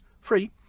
free